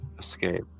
escape